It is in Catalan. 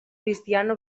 cristiana